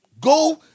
Go